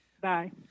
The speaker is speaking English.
Bye